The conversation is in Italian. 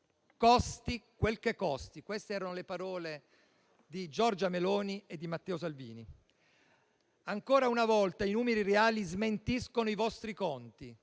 costi quel che costi (queste erano le parole di Giorgia Meloni e di Matteo Salvini). Ancora una volta i numeri reali smentiscono i vostri conti,